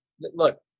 Look